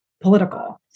political